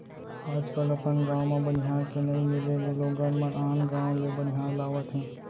आज कल अपन गॉंव म बनिहार के नइ मिले ले लोगन मन आन गॉंव ले बनिहार लावत हें